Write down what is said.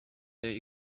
they